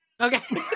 Okay